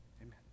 Amen